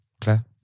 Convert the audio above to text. Claire